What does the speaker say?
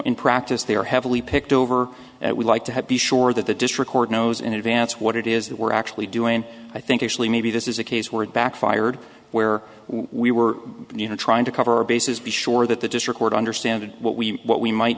in practice they are heavily picked over and we like to have be sure that the district court knows in advance what it is that we're actually doing i think actually maybe this is a case where it backfired where we were you know trying to cover our bases be sure that the district would understand what we what we might